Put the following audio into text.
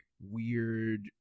weird